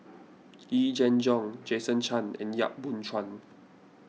Yee Jenn Jong Jason Chan and Yap Boon Chuan